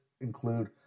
include